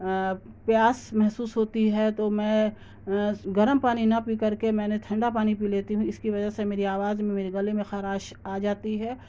پیاس محسوس ہوتی ہے تو میں گرم پانی نہ پی کر کے میں نے ٹھنڈا پانی پی لیتی ہوں اس کی وجہ سے میری آواز میں میرے گلے میں خراش آ جاتی ہے